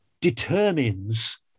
determines